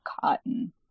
cotton